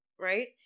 right